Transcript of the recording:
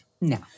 No